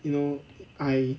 you know I